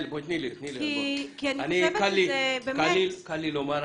קל לי לומר,